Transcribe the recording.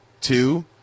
Two